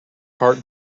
heart